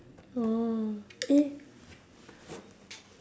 orh eh